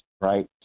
right